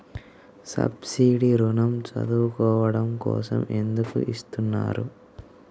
Subsidy ఋణం చదువుకోవడం కోసం ఎందుకు ఇస్తున్నారు?